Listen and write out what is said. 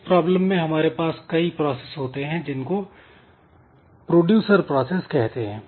इस प्रॉब्लम में हमारे पास कई प्रोसेस होते हैं जिनको प्रोड्यूसर प्रोसेस कहते हैं